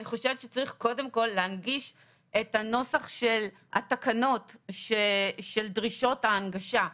אני חושבת שצריך קודם כל להנגיש את הנוסח של התקנות של דרישות ההנגשה,